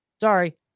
Sorry